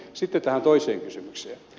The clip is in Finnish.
sitten tähän toiseen kysymykseen